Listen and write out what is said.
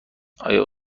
آیا